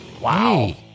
Wow